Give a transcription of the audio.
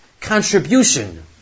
contribution